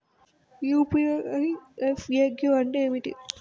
UPI FAQ అంటే ఏమిటి?